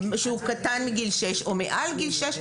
שהוא קטן מגיל שש או מעל לגיל שש,